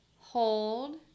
Hold